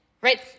right